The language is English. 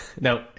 No